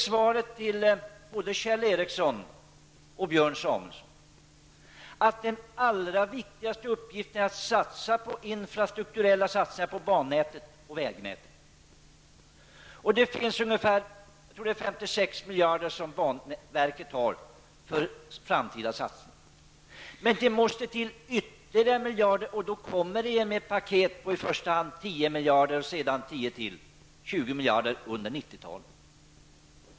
Svaret till både Kjell Ericsson och Björn Samuelson är att den viktigaste uppgiften är att göra infrastrukturella satsningar på bannätet och vägnätet. Banverket har ungefär 56 miljarder för framtida satsningar. Men det måste till ytterligare miljarder. Då kommer vi med ett paket med i första hand 10 miljarder och sedan ytterligare 10 talet.